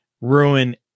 ruin